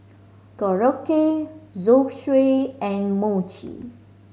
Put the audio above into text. Korokke Zosui and Mochi